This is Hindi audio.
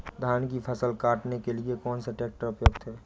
धान की फसल काटने के लिए कौन सा ट्रैक्टर उपयुक्त है?